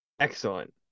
Excellent